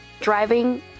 driving